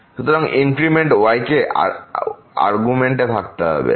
সুতরাং increment y কে argument এ থাকতে হবে